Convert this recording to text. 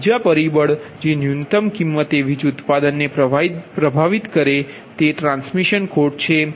તેથી બીજું પરિબળ જે ન્યૂનતમ કિંમતે વીજ ઉત્પાદનને પ્રભાવિત કરે છે તે ટ્રાન્સમિશન ખોટ છે